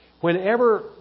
Whenever